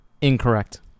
incorrect